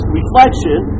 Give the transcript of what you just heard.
reflection